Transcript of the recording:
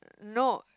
no